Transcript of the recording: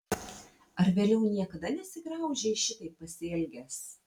ar vėliau niekada nesigraužei šitaip pasielgęs